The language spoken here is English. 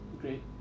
great